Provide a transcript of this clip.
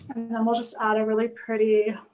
um we'll just add a really pretty